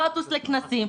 לא אטוס לכנסים,